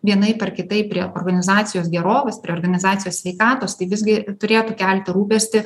vienaip ar kitaip prie organizacijos gerovės prie organizacijos sveikatos tai visgi turėtų kelti rūpestį